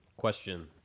question